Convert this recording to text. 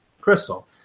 Crystal